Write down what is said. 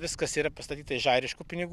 viskas yra pastatyta iš airiškų pinigų